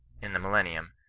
in the millennium,